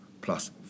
plus